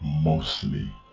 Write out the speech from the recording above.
mostly